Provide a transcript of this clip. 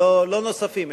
ולא נוספים,